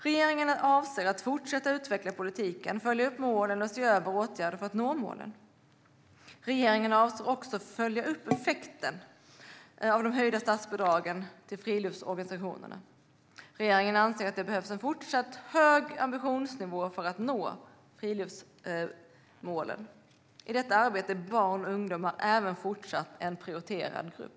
Regeringen avser att fortsätta att utveckla politiken, följa upp målen och se över åtgärder för att nå målen. Regeringen avser också att följa upp effekten av de höjda statsbidragen till friluftsorganisationerna. Regeringen anser att det behövs en fortsatt hög ambitionsnivå för att nå friluftslivsmålen. I detta arbete är barn och ungdomar även fortsatt en prioriterad grupp.